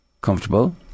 comfortable